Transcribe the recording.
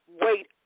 Wait